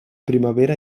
primavera